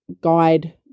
guide